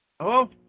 Hello